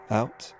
out